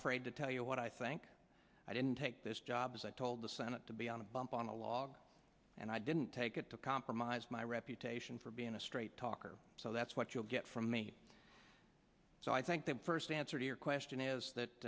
afraid to tell you what i think i didn't take this job as i told the senate to be on a bump on a log and i didn't take it to compromise my reputation for being a straight talker so that's what you'll get from me so i think the first answer to your question is that